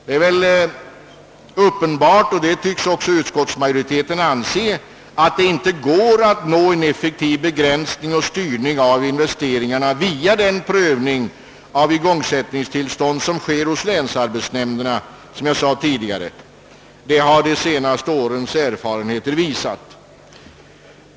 Det är väl uppenbart — och det tycks också utskottsmajoriteten inse — att det inte går att åstadkomma en effektiv begränsning och styrning av investeringarna via den prövning av igångsättningstillstånd som sker hos länsarbetsnämnderna. Det har de senaste årens erfarenheter visat.